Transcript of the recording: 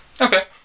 Okay